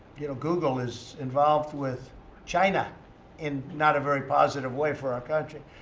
you know, google is involved with china in not a very positive way for our country.